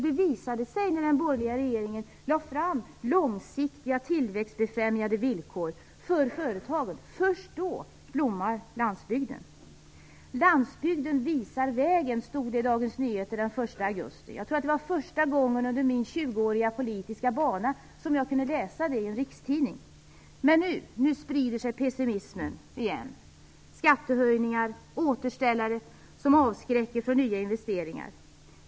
Det visade sig när den borgerliga regeringen lade fast långsiktiga tillväxtbefrämjande villkor för företagen. Först då blommar landsbygden. Landsbygden visar vägen, stod det i Dagens Nyheter den 1 augusti. Jag tror att det var första gången under min tjugoåriga politiska bana som jag kunde läsa det i en rikstidning. Men nu sprider sig pessimismen igen. Skattehöjningar och återställare avskräcker från nya investeringar.